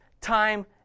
time